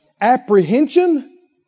apprehension